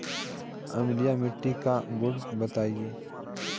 अम्लीय मिट्टी का गुण बताइये